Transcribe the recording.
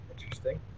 interesting